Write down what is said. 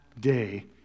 day